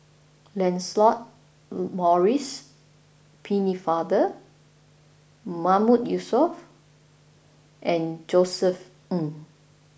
Lancelot Maurice Pennefather Mahmood Yusof and Josef Ng